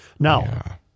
Now